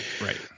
Right